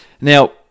Now